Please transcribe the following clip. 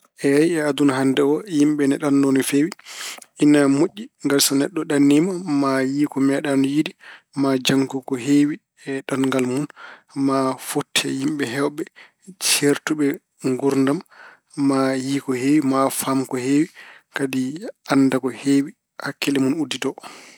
Eey, aduna hannde o yimɓe ene ɗanno no feewi. Ene moƴƴi ngati so neɗɗo ɗanniima maa yiyi ko meeɗaano yiyde, maa janngu ko heewi e ɗanngal mun, maa fotte e yimɓe heewɓe ceertuɓe e mun nguurdam, maa yiyi ko heewi, maa faam ko heewi, kadi annda ko heewi, hakkille mun uddito.